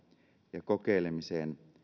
ja kokeilemiseen